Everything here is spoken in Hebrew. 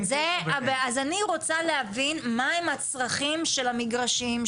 אז אני רוצה להבין מה הם הצרכים של המגרשים,